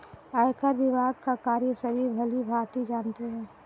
आयकर विभाग का कार्य सभी भली भांति जानते हैं